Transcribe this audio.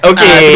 Okay